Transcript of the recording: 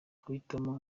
guhitamo